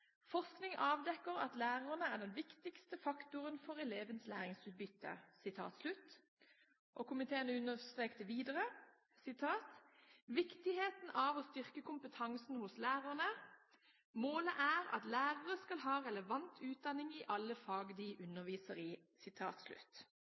Forskning avdekker at læreren er den viktigste faktoren for elevens læringsutbytte. Komiteen understreket videre viktigheten av å styrke kompetansen hos lærerne. Målet er at lærere skal ha relevant utdanning i alle fag de